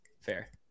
Fair